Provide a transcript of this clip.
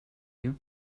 you